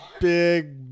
Big